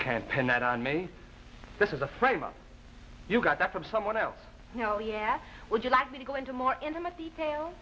can't pin that on me this is a frame up you got that from someone else you know yeah would you like me to go into more intimate details